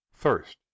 Thirst